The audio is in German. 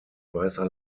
weißer